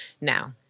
Now